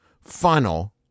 funnel